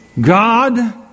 God